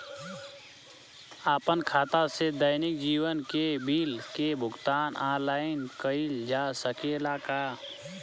आपन खाता से दैनिक जीवन के बिल के भुगतान आनलाइन कइल जा सकेला का?